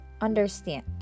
understand